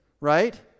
right